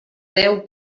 deu